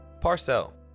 Parcel